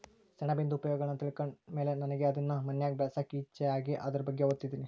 ಸೆಣಬಿಂದು ಉಪಯೋಗಗುಳ್ನ ತಿಳ್ಕಂಡ್ ಮೇಲೆ ನನಿಗೆ ಅದುನ್ ಮನ್ಯಾಗ್ ಬೆಳ್ಸಾಕ ಇಚ್ಚೆ ಆಗಿ ಅದುರ್ ಬಗ್ಗೆ ಓದ್ತದಿನಿ